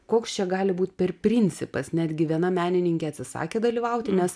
koks čia gali būt per principas netgi viena menininkė atsisakė dalyvauti nes